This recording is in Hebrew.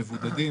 מבודדים,